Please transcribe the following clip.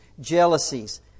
jealousies